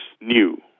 new